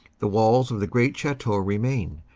the walls of the great chateau remain,